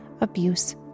abuse